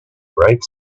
bright